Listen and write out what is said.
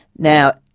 now,